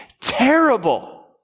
terrible